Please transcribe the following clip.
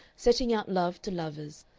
setting out love to lovers,